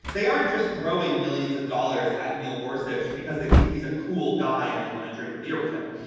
they aren't just throwing millions of dollars at neil gorsuch because they think he's a cool guy and they want to drink a beer with him.